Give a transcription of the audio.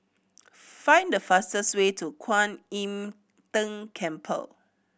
find the fastest way to Kwan Im Tng Temple